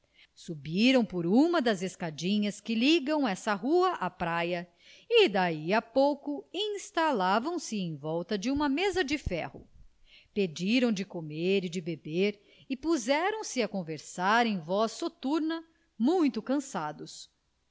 subiram por uma das escadinhas que ligam essa rua à praia e daí a pouco instalavam se em volta de uma mesa de ferro pediram de comer e de beber e puseram-se a conversar em voz soturna muito cansados